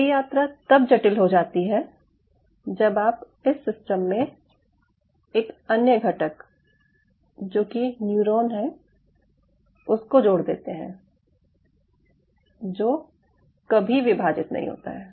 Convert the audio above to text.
ये यात्रा तब जटिल हो जाती है जब आप इस सिस्टम में एक अन्य घटक जो कि न्यूरॉन है उसको जोड़ देते हैं जो कभी विभाजित नहीं होता है